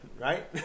Right